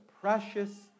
precious